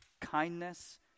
kindness